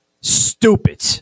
stupid